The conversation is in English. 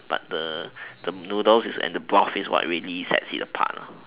but the the noodles and the broth is what really sets it apart